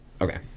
Okay